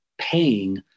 paying